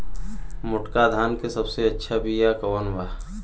मोटका धान के सबसे अच्छा बिया कवन बा?